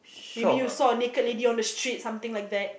maybe you saw a naked lady on the street something like that